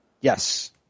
Yes